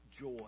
joy